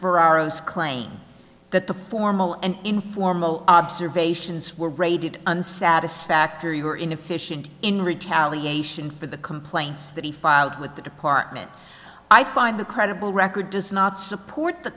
ferraro's claim that the formal and informal observations were raided and satisfactory were inefficient in retaliation for the complaints that he filed with the department i find the credible record does not support the